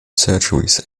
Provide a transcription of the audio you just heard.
surgeries